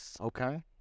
Okay